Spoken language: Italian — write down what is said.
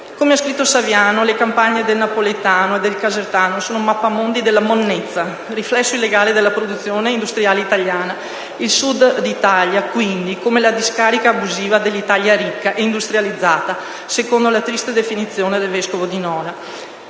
Come ha scritto Saviano, le campagne del napoletano e del casertano sono «mappamondi della monnezza», riflesso illegale della produzione industriale italiana. Il Sud Italia, quindi, come la discarica abusiva dell'Italia ricca e industrializzata, secondo la triste definizione del vescovo di Nola.